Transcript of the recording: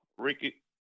Ricky